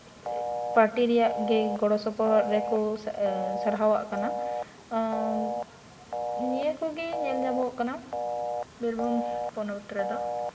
ᱯᱟᱴᱤᱨᱮᱭᱟᱜ ᱜᱮ ᱜᱚᱲᱚ ᱥᱚᱯᱚᱦᱚᱫ ᱨᱮᱠᱚ ᱥᱟᱨᱦᱟᱣ ᱟᱜ ᱠᱟᱱᱟ ᱱᱤᱭᱟᱹ ᱠᱚᱜᱮ ᱧᱮᱞ ᱧᱟᱢᱚᱜ ᱠᱟᱱᱟ ᱵᱤᱨᱵᱷᱩᱢ ᱯᱚᱱᱚᱛ ᱨᱮᱫᱚ